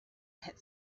had